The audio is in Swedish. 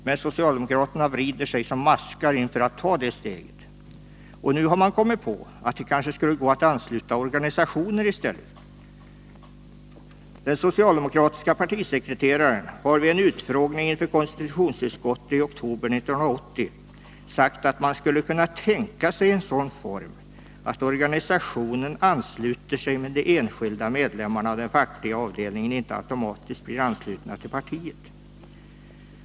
Men socialdemokraterna vrider sig som maskar inför att ta det steget. Och nu har man kommit på att det kanske skulle gå att ansluta organisationer i stället. Den socialdemokratiske partisekreteraren har vid en utfrågning inför konstitutionsutskottet i oktober 1980 sagt att ”man skulle kunna tänka sig en sådan form att organisationen ansluter sig men de enskilda medlemmarna av den fackliga avdelningen inte automatiskt blir anslutna till partiet”.